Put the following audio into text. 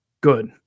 good